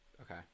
Okay